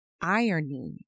irony